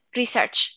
research